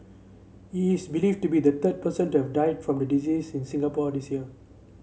he is believed to be the third person to have died from the disease in Singapore this year